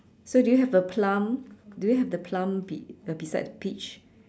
so do you have a plum do you have the plum be~ you know beside peach